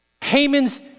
Haman's